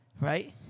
Right